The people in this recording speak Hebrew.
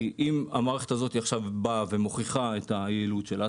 אם המערכת הזאת באה ומוכיחה את היעילות שלה,